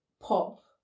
pop